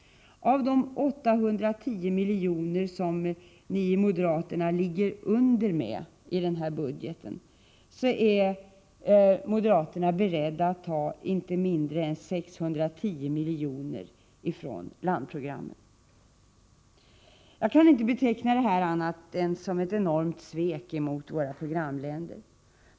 Av de 810 miljoner som moderaterna ”ligger under med” i den här budgeten är moderaterna beredda att ta inte mindre än 610 från landprogrammen. Jag kan inte beteckna detta annat än som ett enormt svek mot våra programländer.